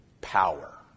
power